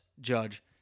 Judge